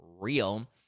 real